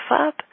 up